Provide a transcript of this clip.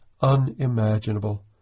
unimaginable